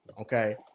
Okay